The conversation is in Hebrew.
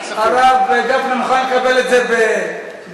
הרב גפני מוכן לקבל את זה באהבה,